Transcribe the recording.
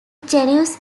genus